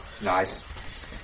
Nice